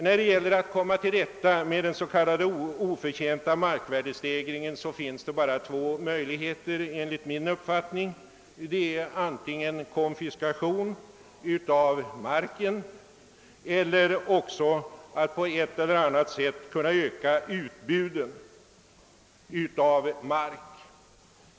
När det gäller att komma till rätta med den s.k. oförtjänta markvärdestegringen finns det enligt min uppfattning bara två sätt att gå till väga: man måste antingen konfiskera marken eller också på ett eller annat sätt öka utbudet av mark.